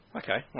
okay